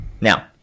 Now